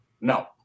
no